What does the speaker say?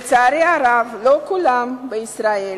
לצערי הרב, לא כולם בישראל